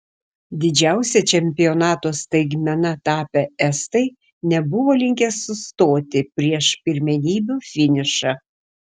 didžiausia čempionato staigmena tapę estai nebuvo linkę sustoti prieš pirmenybių finišą